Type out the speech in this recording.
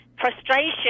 frustration